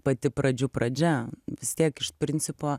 pati pradžių pradžia vis tiek iš principo